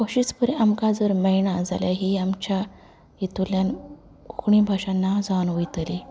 अशेंच बरें आमकां जर मेळना जाल्यार ही आमच्या हेतूंतल्यान कोंकणी भाशा ना जावन वयतली